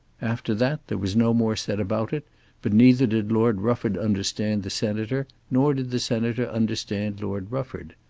after that there was no more said about it but neither did lord rufford understand the senator nor did the senator understand lord rufford.